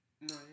No